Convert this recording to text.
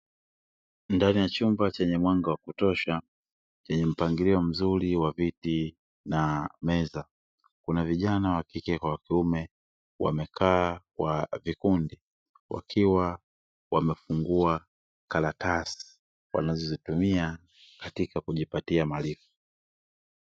Ndani ya chumba chenye mwanga wa kutosha chenye mpangilio mzuri wa viti na meza, kuna vijana wa kike kwa wa kiume wamekaa kwa vikundi wakiwa wamefungua karatasi, wanazozitumia katika kujipatia maarifa.